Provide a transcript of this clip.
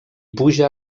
puja